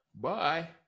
Bye